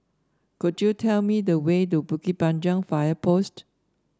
could you tell me the way to Bukit Panjang Fire Post